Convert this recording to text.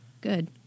Good